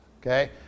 Okay